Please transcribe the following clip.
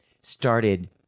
started